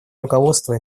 руководство